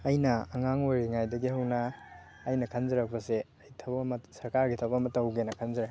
ꯑꯩꯅ ꯑꯉꯥꯡ ꯑꯣꯏꯔꯤꯉꯩꯗꯒꯤ ꯍꯧꯅ ꯑꯩꯅ ꯈꯟꯖꯔꯛꯄꯁꯦ ꯑꯩ ꯊꯕꯛ ꯑꯃ ꯁꯔꯀꯥꯔꯒꯤ ꯊꯕꯛ ꯑꯃ ꯇꯧꯒꯦꯅ ꯈꯟꯖꯔꯛꯑꯦ